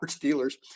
dealers